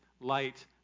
light